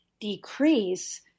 decrease